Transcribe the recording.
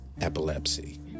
epilepsy